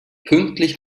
pünktlich